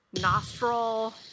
nostril